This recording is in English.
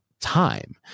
time